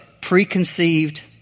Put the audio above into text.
preconceived